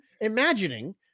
imagining